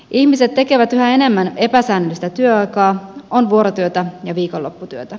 ihmiset tekevät yhä enemmän epäsäännöllistä työaikaa on vuorotyötä ja viikonlopputyötä